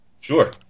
sure